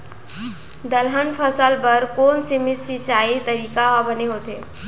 दलहन फसल बर कोन सीमित सिंचाई तरीका ह बने होथे?